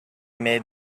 made